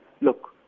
look